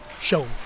show